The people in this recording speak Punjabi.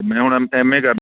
ਮੈਂ ਹੁਣ ਮ ਐੱਮਏ ਕਰ